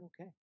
okay